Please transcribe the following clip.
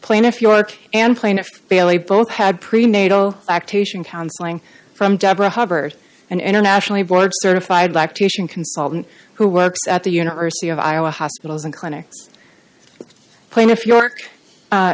plaintiff york and plaintiff bailey both had prenatal activation counseling from deborah hubbard an internationally board certified lactation consultant who works at the university of iowa hospitals and clinics plaintiff york